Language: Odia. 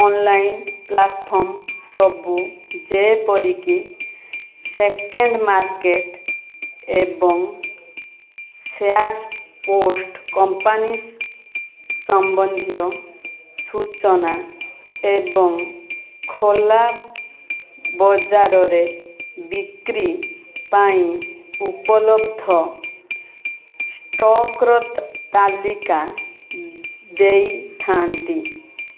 ଅନ୍ଲାଇନ୍ ପ୍ଲାଟ୍ଫର୍ମ୍ ସବୁ ଯେପରିକି ସେକେଣ୍ଡ୍ ମାର୍କେଟ୍ ଏବଂ ସେୟାର୍ ସ୍ପୋର୍ଟ୍ସ୍ କମ୍ପାନୀ ସମ୍ବନ୍ଧିୟ ସୂଚନା ଏବଂ ଖୋଲା ବଜାରରେ ବିକ୍ରି ପାଇଁ ଉପଲବ୍ଧ ଷ୍ଟକ୍ର ତାଲିକା ଦେଇଥାନ୍ତି